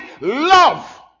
Love